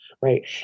right